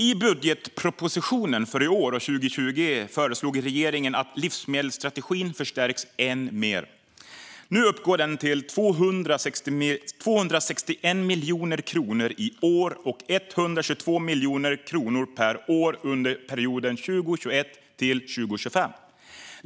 I budgetpropositionen för i år och 2020 föreslog regeringen att livsmedelsstrategin förstärks än mer. Nu uppgår den till 261 miljoner kronor i år och 122 miljoner kronor per år under perioden 2021-2025.